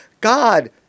God